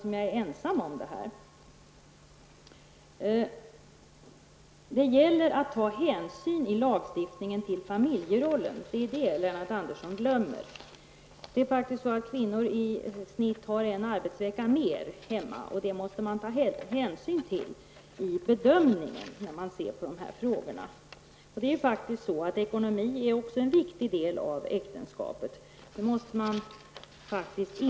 Man skall ta hänsyn till familjerollen i lagstiftningen. Det är det som Lennart Andersson glömmer. Kvinnorna har faktiskt i snitt en arbetsvecka mer hemma, och det måste man ta hänsyn till vid bedömningen i dessa frågor. Ekonomin är också en viktig del i äktenskapet, det måste vi inse.